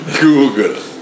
Google